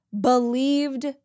believed